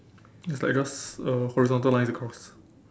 it's like just a horizontal line across